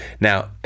Now